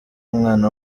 mwana